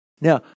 Now